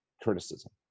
criticism